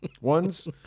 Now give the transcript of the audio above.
One's